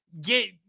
Get